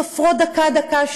סופרות דקה-דקה,